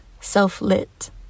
Self-Lit